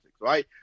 right